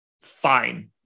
fine